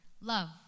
Love